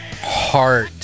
Heart